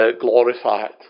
glorified